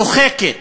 דוחקת,